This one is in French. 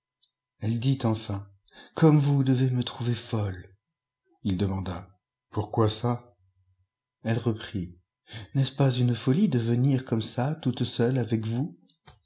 elle dit enfin comme vous devez me trouver folle ii demanda pourquoi ça elle reprit n'est-ce pas une folie de venir comme ça toute seule avec vous